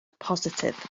positif